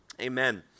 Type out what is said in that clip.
amen